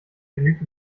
genügt